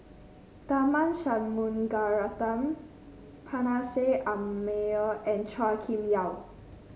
Tharman Shanmugaratnam Meyer and Chua Kim Yeow